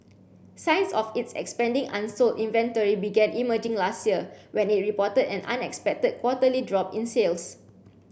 signs of its expanding unsold inventory began emerging last year when it reported an unexpected quarterly drop in sales